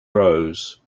rose